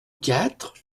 quatre